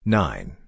nine